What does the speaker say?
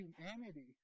humanity